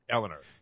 Eleanor